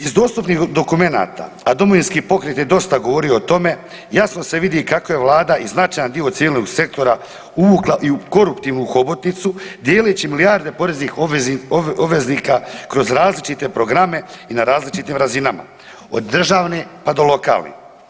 Iz dostupnih dokumenata, a Domovinski pokret je dosta govorio o tome, jasno se vidi kako je Vlada i značajan dio cijelog sektora uvukla i u koruptivnu hobotnicu, dijeleći milijarde poreznih obveznika kroz različite programe i na različitim razinama, od državne pa do lokalne.